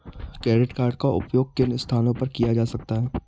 Credit card का उपयोग किन स्थानों पर किया जा सकता है?